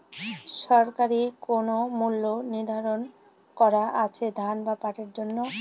সরকারি কোন মূল্য নিধারন করা আছে ধান বা পাটের জন্য?